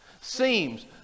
Seems